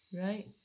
right